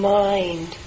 mind